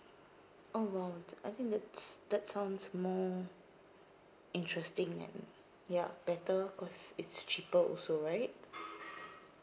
oh !wow! th~ I think that's that sounds more interesting and ya better cause it's cheaper also right